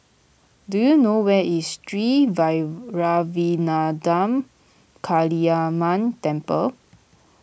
do you know where is Sri Vairavimada Kaliamman Temple